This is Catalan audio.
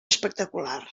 espectacular